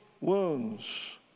wounds